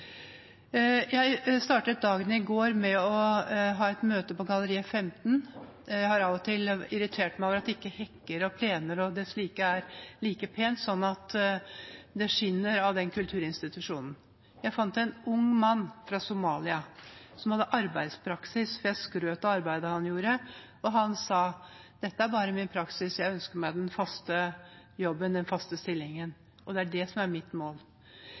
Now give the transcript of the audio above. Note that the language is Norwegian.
Jeg startet dagen i går med å ha et møte på Galleri F 15. Jeg har av og til irritert meg over at ikke hekker og plener og dess like er like pent, sånn at det skinner av den kulturinstitusjonen. Jeg fant en ung mann fra Somalia som hadde arbeidspraksis. Jeg skrøt av arbeidet han gjorde, og han sa at dette er bare min praksis – jeg ønsker meg den faste jobben, den faste stillingen; det er det som er mitt mål.